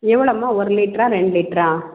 எவ்வளோம்மா ஒரு லிட்ரா ரெண்டு லிட்ரா